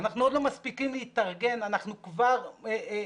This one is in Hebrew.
אנחנו עוד לא מספיקים להתארגן, אנחנו כבר מומטרים.